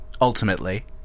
ultimately